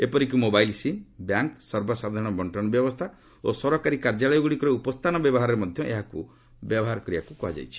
ଏପରିକି mobile SIM bank ସର୍ବସାଧାରଣ ବଣ୍ଟନ ବ୍ୟବସ୍ଥା ଓ ସରକାରୀ କାର୍ଯ୍ୟାଳୟଗ୍ରଡ଼ିକରେ ଉପସ୍ଥାନ ବ୍ୟବହାରେ ମଧ୍ୟ ଏହାକୁ ବ୍ୟବହାର କରିବାକୁ କୁହାଯାଇଛି